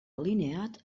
alineat